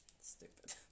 stupid